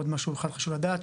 עוד משהו אחד שחשוב לדעת,